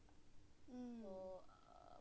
hmm